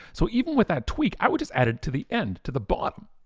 so even with that tweak, i would just add it to the end, to the bottom.